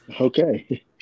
Okay